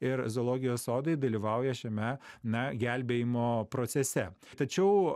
ir zoologijos sodai dalyvauja šiame na gelbėjimo procese tačiau